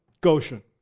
goshen